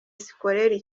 scolaire